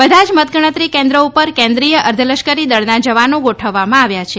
બધા જ મતગણતરી કેન્દ્રો ઉપર કેન્દ્રીય અર્ધલશ્કરી દળના જવાનો ગોઠવવામાં આવ્યા છે